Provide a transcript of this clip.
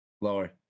lower